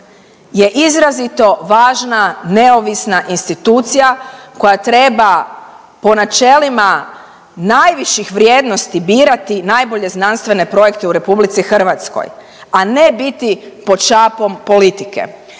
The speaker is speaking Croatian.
je izrazito važna neovisna institucija koja treba po načelima najviših vrijednosti birati najbolje znanstvene projekte u RH, a ne biti pod šapom politike.